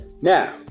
Now